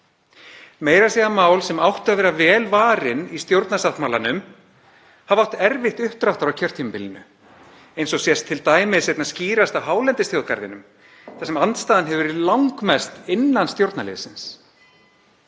Meira að segja mál sem áttu að vera vel varin í stjórnarsáttmálanum hafa átt erfitt uppdráttar á kjörtímabilinu eins og sést t.d. einna skýrast á hálendisþjóðgarðinum þar sem andstaðan hefur verið langmest innan stjórnarliðsins.